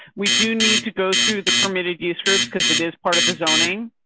we do need to go through the permitted use groups because it is part of the zoning